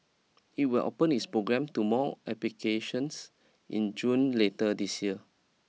it will open its program to more applications in June later this year